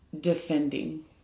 defending